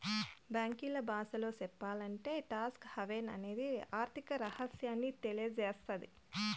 బ్యాంకీల బాసలో సెప్పాలంటే టాక్స్ హావెన్ అనేది ఆర్థిక రహస్యాన్ని తెలియసేత్తది